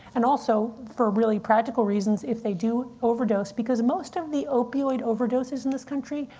and also, for really practical reasons, if they do overdose because most of the opioid overdoses in this country,